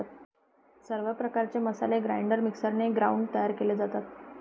सर्व प्रकारचे मसाले ग्राइंडर मिक्सरने ग्राउंड केले जातात